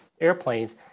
airplanes